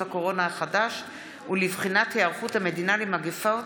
הקורונה החדש ולבחינת היערכות המדינה למגפות